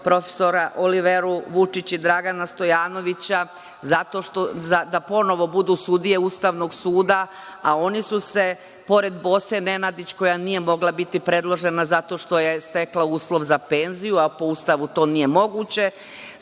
profesora Oliveru Vučić i Dragana Stojanovića da ponovo budu sudije Ustavnog suda, a oni su se pored Bose Nenadić koja nije mogla biti predložena zato što je stekla uslov za penziju, a po Ustavu to nije moguće,